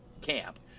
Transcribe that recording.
camp